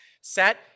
set